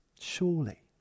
Surely